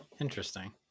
interesting